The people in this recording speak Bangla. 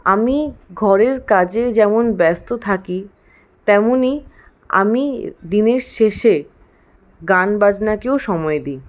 আমি ঘরের কাজে যেমন ব্যস্ত থাকি তেমনই আমি দিনের শেষে গান বাজনাকেও সময় দিই